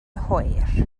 hwyr